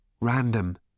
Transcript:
Random